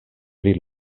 pri